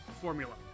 formula